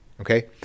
Okay